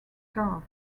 car